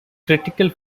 critical